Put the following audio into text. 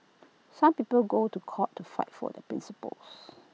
some people go to court to fight for their principles